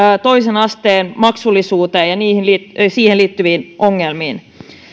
toisen asteen maksullisuuteen ja siihen liittyviin ongelmiin